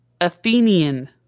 Athenian